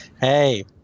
Hey